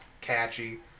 catchy